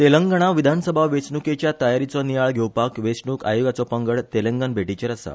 तेलंगणा विधानसभा वेचणुकेच्या तयारिचो नियाळ घेवपाक वेचणुक आयोगाचो पंगड तेलंगण भेटीचेर आसा